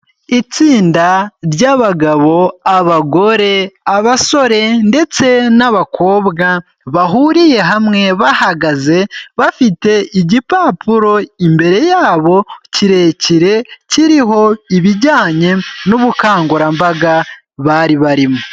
Itsinda ry'abagabo, abagore, abasore ndetse n'abakobwa bahuriye hamwe bahagaze, bafite igipapuro imbere yabo kirekire, kiriho ibijyanye n'ubukangurambaga bari barimo.